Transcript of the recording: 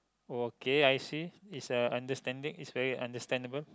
okay I see is a understanding is very understandable